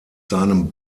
seinen